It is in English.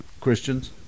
Christians